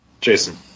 Jason